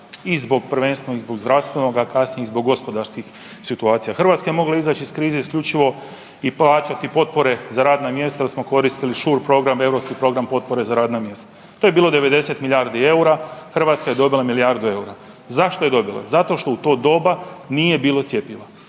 i zbog prvenstveno i zbog zdravstvenog, a kasnije i zbog gospodarskih situacija. Hrvatska je mogla izaći iz krize isključivo i plaćati potpore za radna mjesta jer smo koristili Schure program, europski program potpore za radna mjesta. To je bilo 90 milijardi EUR-a, Hrvatska je dobila milijardu EUR-a. Zašto je dobila? Zato što u to doba nije bilo cjepiva.